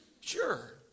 Sure